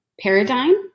paradigm